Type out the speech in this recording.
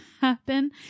happen